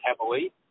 heavily